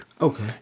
Okay